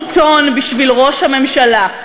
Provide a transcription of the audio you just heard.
חוץ מלפתוח עיתון בשביל ראש הממשלה?